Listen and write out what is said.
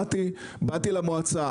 באתי למועצה.